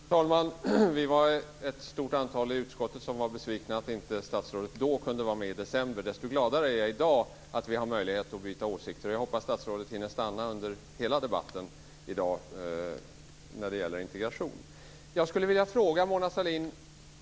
Fru talman! Vi var ett stort antal ledamöter i utskottet som blev besvikna över att statsrådet inte kunde vara med i debatten i december. Desto gladare är jag i dag att vi har möjligheter att utbyta åsikter. Och jag hoppas att statsrådet hinner stanna under hela debatten om integration i dag. Jag skulle vilja ställa en fråga till Mona Sahlin.